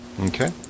Okay